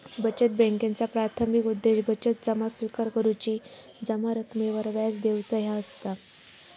बचत बॅन्कांचा प्राथमिक उद्देश बचत जमा स्विकार करुची, जमा रकमेवर व्याज देऊचा ह्या असता